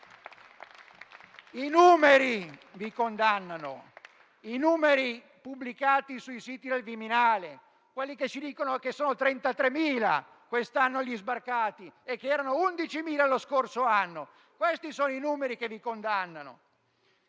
I numeri vi condannano, quelli pubblicati sui siti del Viminale, quelli che ci dicono che sono 33.000 quest'anno gli sbarcati e che erano 11.000 lo scorso anno. Questi sono i numeri che vi condannano.